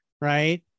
Right